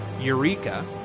Eureka